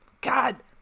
God